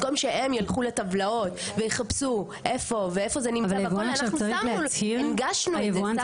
במקום שהם ילכו לטבלאות ויחפשו איפה - הנגשנו את זה.